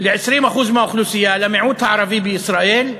ל-20% מהאוכלוסייה, למיעוט הערבי בישראל,